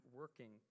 working